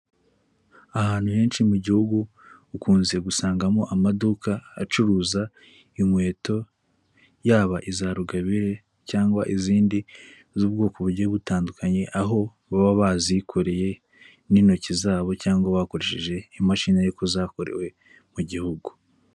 Ahantu henshi mu gihugu ukunze gusangamo amaduka acuruza inkweto yaba iza rugabire cyangwa izindi z'ubwoko bugiye butandukanye aho baba bazikoreye n'intoki zabo cyangwa bakoresheje imashini ariko zakorewe mu gihugu.